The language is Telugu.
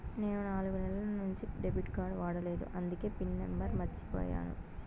నేను నాలుగు నెలల నుంచి డెబిట్ కార్డ్ వాడలేదు అందికే పిన్ నెంబర్ మర్చిపోయాను